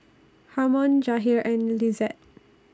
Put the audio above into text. Harmon Jahir and Lizette